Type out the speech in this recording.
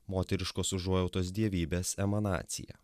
moteriškos užuojautos dievybės emanacija